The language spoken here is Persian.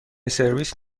سرویس